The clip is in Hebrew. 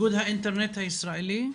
איגוד האינטרנט הישראלי.